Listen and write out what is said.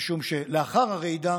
משום שלאחר הרעידה